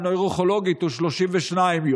לבדיקה נוירולוגית הוא 32 יום,